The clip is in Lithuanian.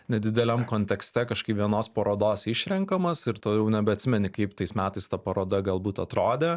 nedideliam kontekste kažkaip vienos parodos išrenkamas ir tu jau nebeatsimeni kaip tais metais ta paroda galbūt atrodė